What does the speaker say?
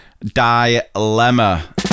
Dilemma